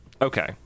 Okay